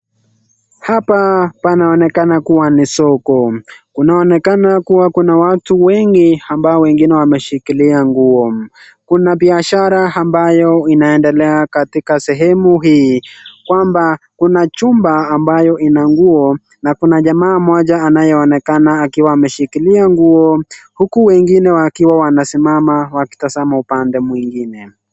Hapa panaonekana kuwa ni soko. Kuna onekana kuwa kuna watu wengi ambao wengine wameshikilia nguo. Kuna biashara ambayo inaendelea katika sehemu hii, kwamba kuna chumba ambayo ina nguo na kuna jamaa moja anayeonekana akiwa ameshikilia nguo huku wengine wakiwa wanasimama wakitazama upande mwingine.